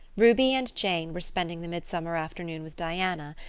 ruby and jane were spending the midsummer afternoon with diana,